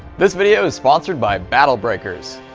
this video is sponsored by battle breakers!